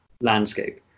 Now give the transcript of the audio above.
landscape